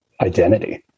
identity